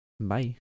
Bye